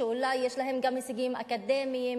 שאולי יש להן גם הישגים אקדמיים,